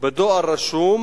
בדואר רשום